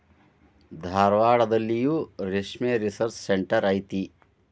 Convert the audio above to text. ಧಾರವಾಡದಲ್ಲಿಯೂ ರೇಶ್ಮೆ research centre ಐತಿ